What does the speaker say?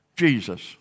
Jesus